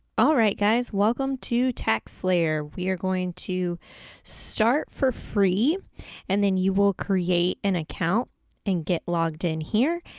all right, guys, welcome to taxslayer. we are going to start for free and then you will create an account and get logged in here.